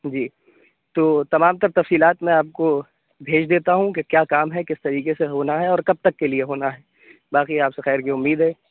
جی تو تمام تر تفصیلات میں آپ کو بھیج دیتا ہوں کہ کیا کام ہے کس طریقے سے ہونا ہے اور کب تک کے لیے ہونا ہے باقی آپ سے خیر کی اُمید ہے